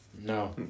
No